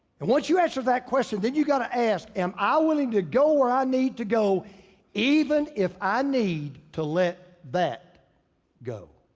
and once you answer that question, then you gotta ask, am i willing to go where i need to go even if i need to let that go?